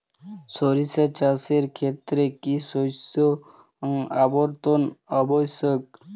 সরিষা চাষের ক্ষেত্রে কি শস্য আবর্তন আবশ্যক?